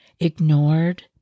ignored